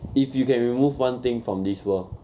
if you can remove one thing from this world